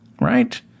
Right